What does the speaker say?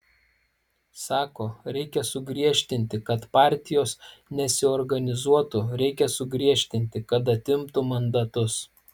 sako reikia sugriežtinti kad partijos nesiorganizuotų reikia sugriežtinti kad atimtų mandatus